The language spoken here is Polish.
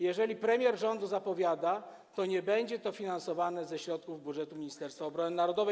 Jeżeli premier rządu to zapowiada, to nie będzie to finansowane ze środków z budżetu Ministerstwa Obrony Narodowej.